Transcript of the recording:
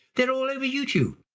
they're all over youtube.